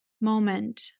moment